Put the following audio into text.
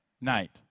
night